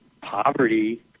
poverty